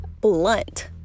blunt